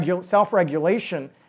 self-regulation